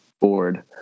board